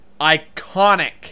iconic